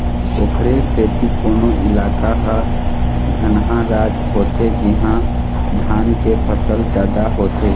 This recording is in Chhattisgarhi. ओखरे सेती कोनो इलाका ह धनहा राज होथे जिहाँ धान के फसल जादा होथे